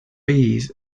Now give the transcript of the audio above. bees